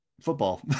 football